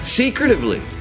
secretively